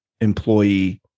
employee